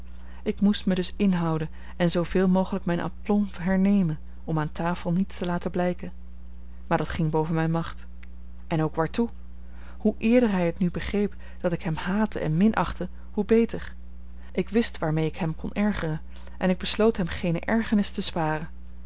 ik moest mij dus inhouden en zooveel mogelijk mijn aplomb hernemen om aan tafel niets te laten blijken maar dat ging boven mijne macht en ook waartoe hoe eerder hij het nu begreep dat ik hem haatte en minachtte hoe beter ik wist waarmee ik hem kon ergeren en ik besloot hem geene ergernis te sparen